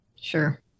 Sure